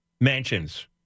mansions